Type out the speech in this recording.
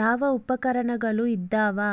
ಯಾವ ಉಪಕರಣಗಳು ಇದಾವ?